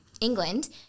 England